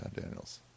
Daniels